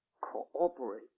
cooperate